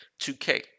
2K